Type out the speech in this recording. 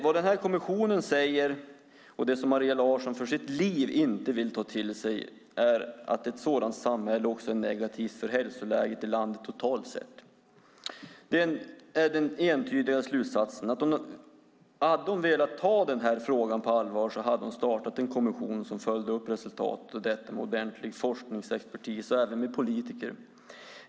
Vad kommissionen säger, och som Maria Larsson för sitt liv inte vill ta till sig, är att ett sådant samhälle också är negativt för hälsoläget i landet totalt sett. Det är den entydiga slutsatsen. Hade hon velat ta denna fråga på allvar hade hon startat en kommission som följde upp resultaten av detta med ordentlig forskningsexpertis och även med politiker.